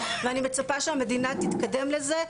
ואני מצפה שהמדינה תתקדם לזה,